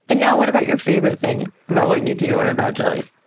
and now what about your favorite thing about what you do or about jellies?